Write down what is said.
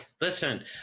Listen